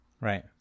Right